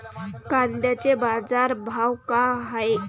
कांद्याचे बाजार भाव का हाये?